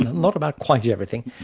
not about quite everything.